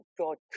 God